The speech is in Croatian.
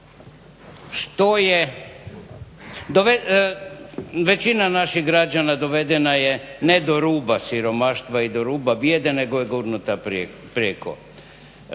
većina naših građana dovedena je ne do ruba siromaštva i do ruba bijede nego je gurnuta prijeko.